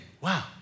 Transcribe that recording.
wow